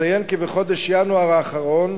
אציין כי בחודש ינואר האחרון,